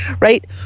right